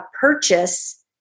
purchase